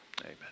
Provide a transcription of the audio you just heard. Amen